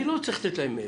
אני לא צריך לתת להם מאיפה.